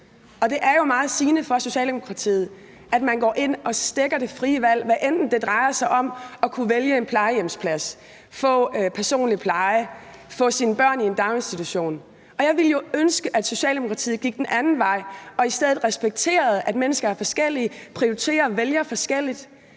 det er jo meget sigende for Socialdemokratiet, at man går ind og stækker det frie valg, hvad enten det drejer sig om at kunne vælge plejehjemsplads, personlig pleje eller sine børns daginstitution. Og jeg ville ønske, at Socialdemokratiet gik den anden vej og i stedet respekterede, at mennesker er forskellige, og at de prioriterer og vælger forskelligt.